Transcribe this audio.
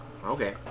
Okay